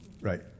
right